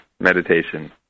meditation